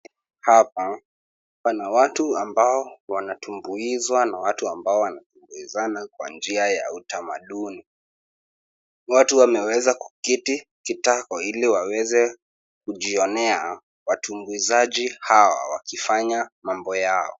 Hapa pana watu ambao wanatumbuizwa na watu ambao wanafunzana kwa njia ya utamaduni. Watu wameweza kuketi kitako ili waweze kujionea watumbuizaji hawa wakifanya mambo yao.